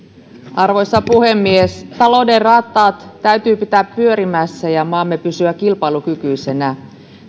arvoisa puhemies talouden rattaat täytyy pitää pyörimässä ja maamme kilpailukykyisenä